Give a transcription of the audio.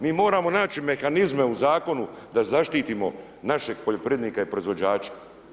Mi moramo naći mehanizme u zakonu da zaštitimo našeg poljoprivrednika i proizvođača.